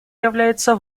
является